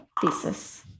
thesis